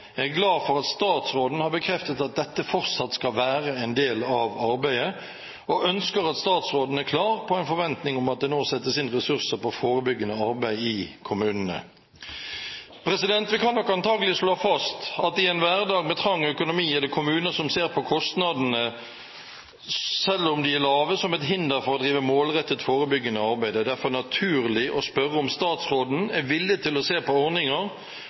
Jeg er glad for at statsråden har bekreftet at dette fortsatt skal være en del av arbeidet, og jeg ønsker at statsråden er klar på en forventning om at det nå settes inn ressurser på forebyggende arbeid i kommunene. Vi kan nok antakelig slå fast at i en hverdag med trang økonomi er det kommuner som ser på kostnadene, selv om de er lave, som et hinder for å drive målrettet forebyggende arbeid. Det er derfor naturlig å spørre om statsråden er villig til å se på ordninger